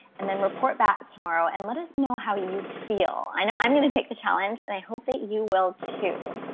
and then report back tomorrow and let us know how you feel. i know i'm going to take the challenge, and i hope that you will too.